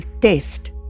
taste